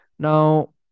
Now